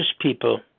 people